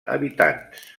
habitants